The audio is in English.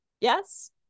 Yes